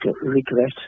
regret